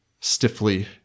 stiffly